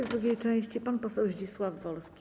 W drugiej części pan poseł Zdzisław Wolski.